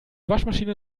waschmaschine